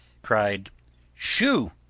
cried shoo!